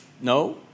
no